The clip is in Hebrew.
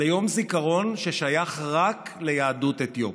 ליום זיכרון ששייך רק ליהדות אתיופיה.